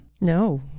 No